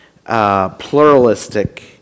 Pluralistic